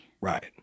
Right